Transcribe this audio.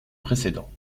précédent